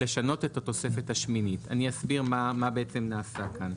לשנות את התוספת השמינית."" אני אסביר מה בעצם נעשה כאן.